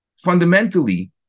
Fundamentally